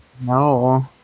No